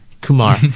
Kumar